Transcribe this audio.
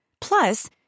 Plus